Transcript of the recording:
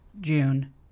June